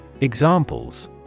Examples